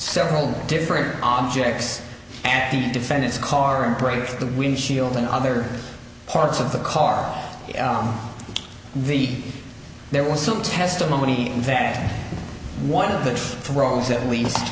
several different objects and the defendant's current break the windshield in other parts of the car the there was some testimony that one of the throws at least